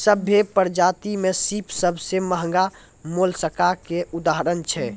सभ्भे परजाति में सिप सबसें महगा मोलसका के उदाहरण छै